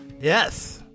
yes